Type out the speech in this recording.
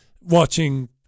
watching